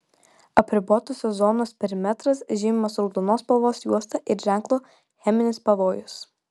apribotosios zonos perimetras žymimas raudonos spalvos juosta ir ženklu cheminis pavojus